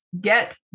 get